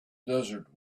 desert